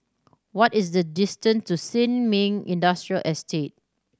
what is the distant to Sin Ming Industrial Estate